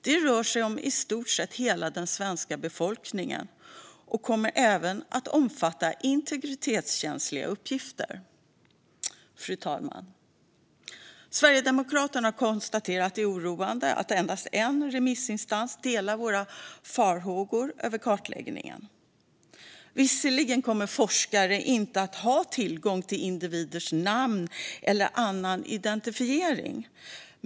Det rör sig om i stort sett hela svenska befolkningen och kommer även att omfatta integritetskänsliga uppgifter. Fru talman! Sverigedemokraterna konstaterar att det är oroande att endast en remissinstans delar våra farhågor om kartläggningen. Visserligen kommer forskare inte att ha tillgång till individers namn eller annan identifiering.